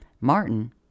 Martin